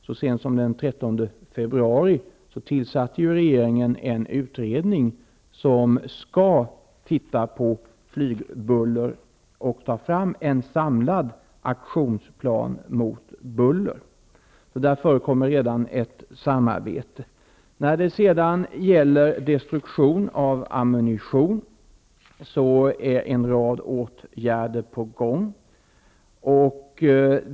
Så sent som den 13 februari tillsatte regeringen en utredning som skall se över problemet med flygbuller och ta fram en samlad aktionsplan mot buller. Det förekommer således redan ett samarbete på det här området. När det gäller destruktion av ammunition är en rad åtgärder på gång.